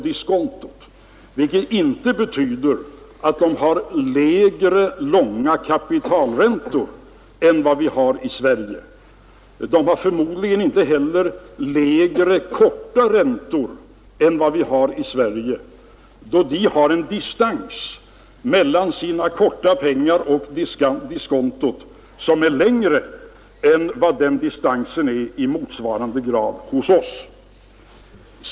Det betyder inte att de har lägre långa kapitalräntor än vad vi har i Sverige. De har förmodligen inte heller lägre korta räntor än vi har, eftersom de har en distans mellan sina korta pengar och diskontot som är längre än motsvarande distans hos oss.